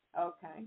okay